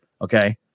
okay